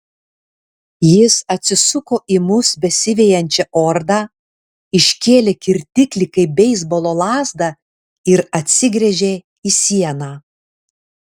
jis atsisuko į mus besivejančią ordą iškėlė kirtiklį kaip beisbolo lazdą ir atsigręžė į sieną